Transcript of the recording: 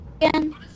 again